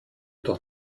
doch